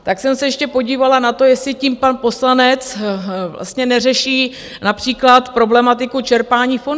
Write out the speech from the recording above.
Tak jsem se ještě podívala na to, jestli tím pan poslanec vlastně neřeší například problematiku čerpání fondů.